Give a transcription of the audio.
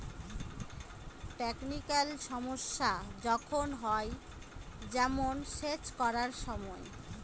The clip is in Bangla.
টেকনিক্যাল সমস্যা যখন হয়, যেমন সেচ করার সময়